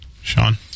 Sean